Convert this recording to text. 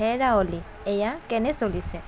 হেৰা অ'লি এয়া কেনে চলিছে